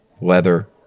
leather